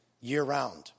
year-round